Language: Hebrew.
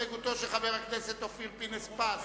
הסתייגותו של חבר הכנסת אופיר פינס-פז,